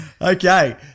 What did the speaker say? Okay